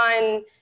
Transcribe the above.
on